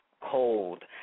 cold